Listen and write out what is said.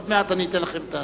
בבקשה.